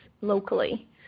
locally